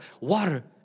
Water